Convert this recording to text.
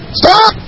stop